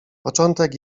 początek